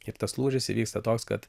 ir tas lūžis įvyksta toks kad